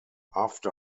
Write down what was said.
after